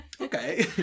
okay